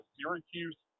Syracuse